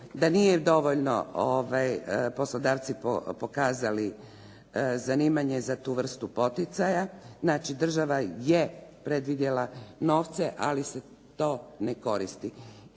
da nisu dovoljno poslodavci pokazali zanimanje za tu vrstu poticaja. Znači, država je predvidjela novce, ali se to ne koristi.